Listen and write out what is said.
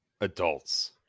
adults